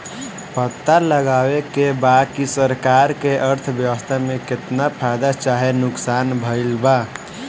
पता लगावे के बा की सरकार के अर्थव्यवस्था में केतना फायदा चाहे नुकसान भइल बा